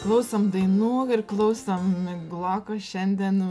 klausom dainų ir klausom miglokos šiandien